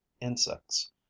insects